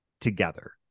together